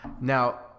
Now